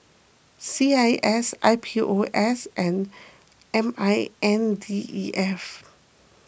C I S I P O S and M I N D E F